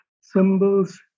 symbols